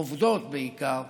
עובדות בעיקר,